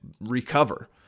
Recover